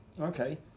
okay